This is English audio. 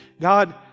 God